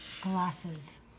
Glasses